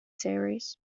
series